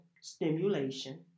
stimulation